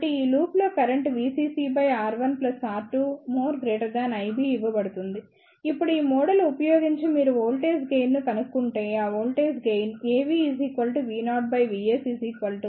కాబట్టి ఈ లూప్లో కరెంట్ ఇవ్వబడుతుంది ఇప్పుడు ఈ మోడల్ వుపయోగించి మీరు వోల్టేజ్ గెయిన్ ను కనుక్కుంటేఆ వోల్టేజ్ గెయిన్ AvV0VSV0Vi